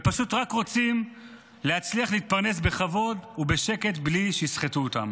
ופשוט רק רוצים להצליח להתפרנס בכבוד ובשקט בלי שיסחטו אותם?